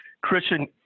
Christian